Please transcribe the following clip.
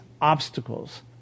obstacles